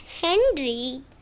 Henry